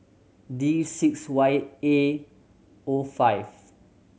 D six Y A O five